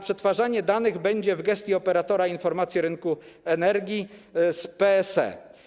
Przetwarzanie danych będzie leżało w gestii operatora informacji rynku energii z PSE.